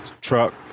truck